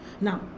now